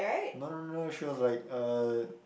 no no no no she was like uh